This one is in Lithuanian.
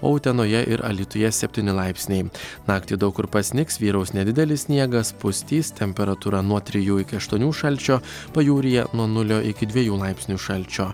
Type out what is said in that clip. o utenoje ir alytuje septyni laipsniai naktį daug kur pasnigs vyraus nedidelis sniegas pustys temperatūra nuo trijų iki aštuonių šalčio pajūryje nuo nulio iki dviejų laipsnių šalčio